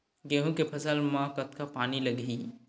गेहूं के फसल म कतका पानी लगही?